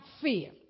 fear